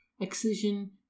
excision